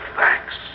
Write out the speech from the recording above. thanks